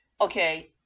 okay